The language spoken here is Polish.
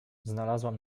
znalazłam